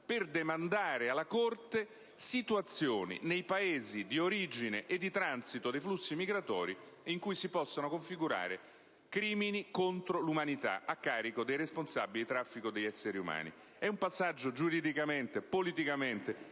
di demandare alla Corte situazioni nei Paesi di origine e di transito dei flussi migratori in cui si possano configurare crimini contro l'umanità a carico dei responsabili di traffico degli esseri umani. Si tratta di un passaggio giuridicamente, politicamente